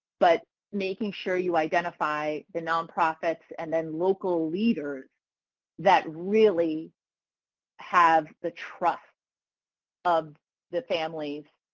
but making sure you identify the non-profits and then local leaders that really have the trust of the families